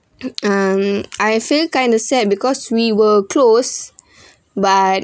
um I feel kinda sad because we were close but